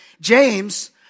James